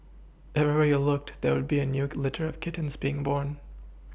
everywhere you looked there would be a new litter of kittens being born